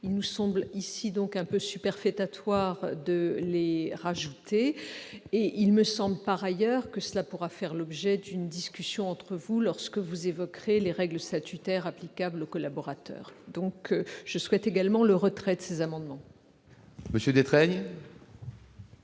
Il nous semble donc un peu superfétatoire de les rappeler. Par ailleurs, ce sujet pourrait faire l'objet d'une discussion entre vous lorsque vous évoquerez les règles statutaires applicables aux collaborateurs. Je sollicite également le retrait de ces amendements. Monsieur Détraigne,